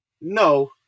no